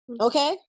Okay